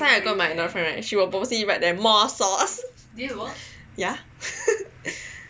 last time I go with my girlfriend right she will purposely write there like more sauce ya